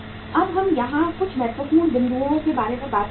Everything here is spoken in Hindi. अब हम यहां कुछ महत्वपूर्ण बिंदुओं के बारे में बात करते हैं